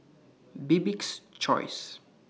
Bibik's Choice